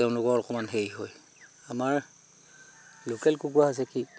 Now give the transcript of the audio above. তেওঁলোকৰ অকণমান হেৰি হয় আমাৰ লোকেল কুকুৰা হৈছে কি